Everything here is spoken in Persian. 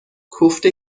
کوفته